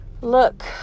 look